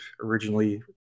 originally